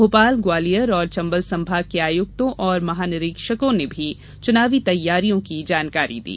भोपाल ग्वालियर एवं चंबल संभाग के आयुक्तों और महानिरीक्षकों ने भी चुनावी तैयारियों की जानकारी दी